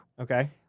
Okay